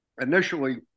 initially